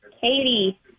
Katie